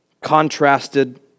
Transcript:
contrasted